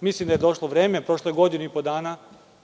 Mislim da je došlo vreme. Prošlo je godinu i po dana